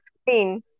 screen